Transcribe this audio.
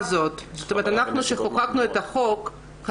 לא יודע, אנחנו נבדוק את זה בהחלט.